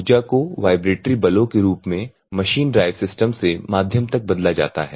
ऊर्जा को वाइब्रेटरी बलों के रूप में मशीन ड्राइव सिस्टम से माध्यम तक बदला जाता है